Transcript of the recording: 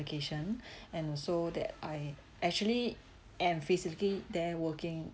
vacation and so that I actually am physically there working